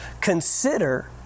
Consider